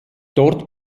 dort